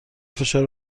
فشار